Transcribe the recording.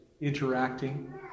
interacting